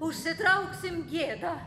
užsitrauksim gėdą